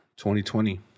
2020